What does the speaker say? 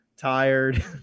tired